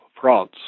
France